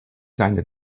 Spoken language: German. seine